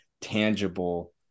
tangible